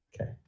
Okay